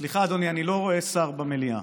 סליחה, אדוני, אני לא רואה שר במליאה.